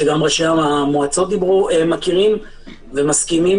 שגם ראשי המועצות מכירים ומסכימים,